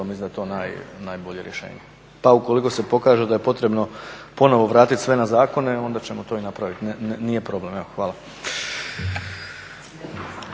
da je to najbolje rješenje. Pa ukoliko se pokaže da je potrebno ponovo vratit sve na zakone onda ćemo to i napravit, nije problem. Hvala.